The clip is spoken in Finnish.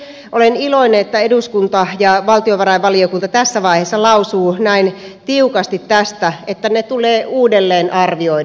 olen iloinen että eduskunta ja valtiovarainvaliokunta tässä vaiheessa lausuu näin tiukasti tästä että ne tulee uudelleen arvioida